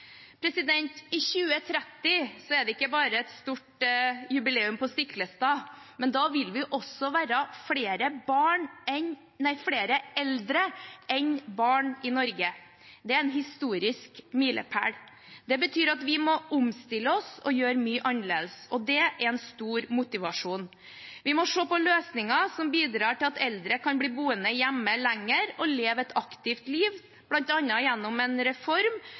I 2030 er det ikke bare et stort jubileum på Stiklestad, men da vil vi også være flere eldre enn barn i Norge. Det en historisk milepæl. Det betyr at vi må omstille oss og gjøre mye annerledes – og det er en stor motivasjon. Vi må se på løsninger som bidrar til at eldre kan bli boende hjemme lenger og leve et aktivt liv, bl.a. gjennom en reform